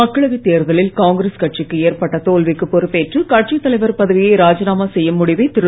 மக்களவைத் தேர்தலில் காங்கிரஸ் கட்சிக்கு ஏற்பட்ட தோல்விக்கு பொறுப்பேற்று கட்சித் தலைவர் பதவியை ராஜினாமா செய்யும் முடிவை திரு